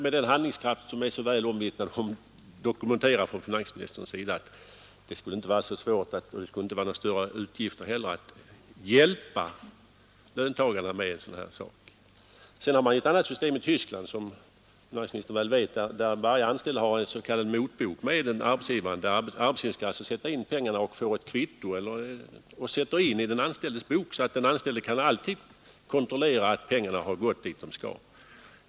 Med den handlingskraft från finansministerns sida, som är så väl dokumenterad, skulle det inte vara svårt — och inte heller innebära några större utgifter — att hjälpa löntagarna med en sådan här sak. I Tyskland finns ett annat system, där varje anställd har en s.k. motbok med arbetsgivaren. Arbetsgivaren skall alltså betala in skattepengarna och får ett kvitto att sätta i den anställdes bok så att den anställde alltid kan kontrollera att pengarna gått dit de skall.